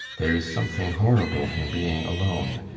there is something horrible in being alone.